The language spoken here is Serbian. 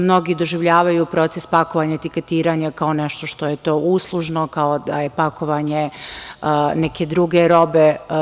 Mnogi doživljavaju proces pakovanja i etiketiranja kao nešto što je uslužno, kao da je pakovanje neke druge robe.